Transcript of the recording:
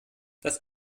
das